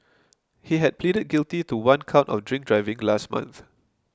he had pleaded guilty to one count of drink driving last month